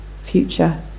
future